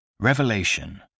Revelation